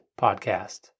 podcast